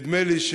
נדמה לי,